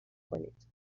کنید